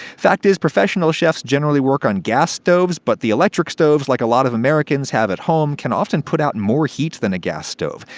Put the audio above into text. fact is, professional chefs generally work on gas stoves, but the electric stoves like a lot of americans have at home can often put out more heat than a gas stove.